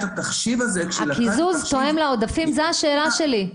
זאת השאלה שלי.